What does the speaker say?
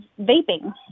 vaping